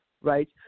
right